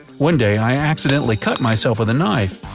one day i accidentally cut myself with a knife,